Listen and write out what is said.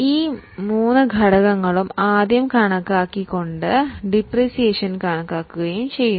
ഈ മൂന്ന് ഘടകങ്ങൾ ആദ്യം നിർണ്ണയിക്കുകയും ഇവയിൽ നിന്ന് ഡിപ്രീസിയേഷൻ കണക്കാക്കുകയും ചെയ്യുന്നു